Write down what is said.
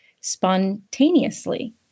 spontaneously